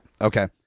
Okay